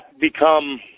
become